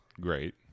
great